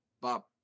Bob